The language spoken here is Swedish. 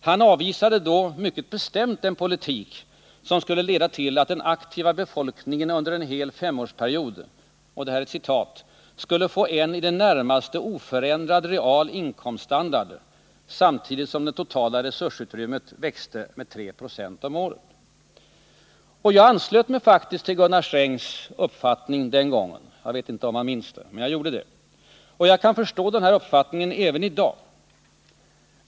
Han avvisade då mycket bestämt en politik som skulle leda till att den aktiva befolkningen under en hel femårsperiod — det här är ett citat — skulle få en i det närmaste oförändrad real inkomststandard — samtidigt som det totala resursutrymmet växte med 3 26 om året. Jag anslöt mig faktiskt till Gunnar Strängs uppfattning den gången. Jag vet inte om han minns det. Jag kan förstå hans uppfattning även i dag.